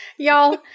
Y'all